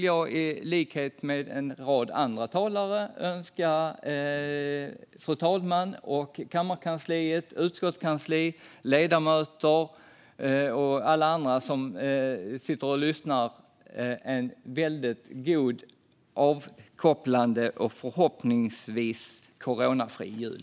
Jag vill likt många andra talare i dag önska fru talmannen, kammarkansliet, utskottskansliet, ledamöter och åhörare en riktigt god, avkopplande och förhoppningsvis coronafri jul.